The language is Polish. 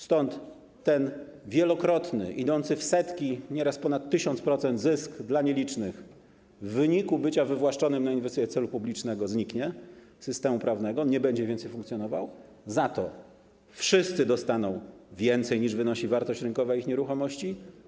Stąd ten wielokrotny, idący w setki procent, nieraz ponad 1000%, zysk dla nielicznych w wyniku bycia wywłaszczonym na inwestycje celu publicznego zniknie z systemu prawnego, nie będzie więcej funkcjonował, za to wszyscy dostaną więcej niż wynosi wartość rynkowa ich nieruchomości.